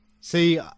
see